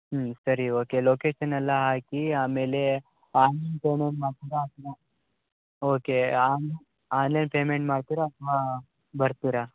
ಹ್ಞೂ ಸರಿ okay location ಎಲ್ಲಾ ಹಾಕಿ ಆಮೇಲೆ ಆನ್ಲೈನ್ ಪೇಮೆಂಟ್ ಮಾಡ್ತೀರಾ ಅಥ್ವಾ ಓಕೆ ಆನ್ ಆನ್ಲೈನ್ ಪೇಮೆಂಟ್ ಮಾಡ್ತೀರಾ ಅಥ್ವಾ ಬರ್ತೀರಾ